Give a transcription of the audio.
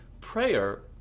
prayer